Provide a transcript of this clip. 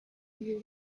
you